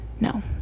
No